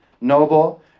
noble